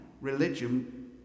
religion